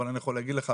אבל אני יכול להגיד לך,